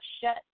shut